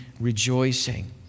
rejoicing